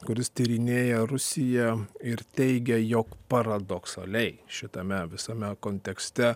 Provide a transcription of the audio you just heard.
kuris tyrinėja rusiją ir teigia jog paradoksaliai šitame visame kontekste